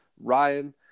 Ryan